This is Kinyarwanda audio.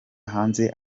hanze